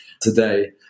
today